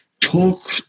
talk